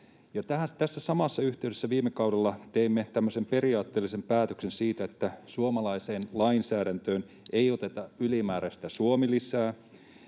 Tässä samassa yhteydessä viime kaudella teimme periaatteellisen päätöksen siitä, että suomalaiseen lainsäädäntöön ei oteta ylimääräistä Suomi-lisää.